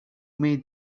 may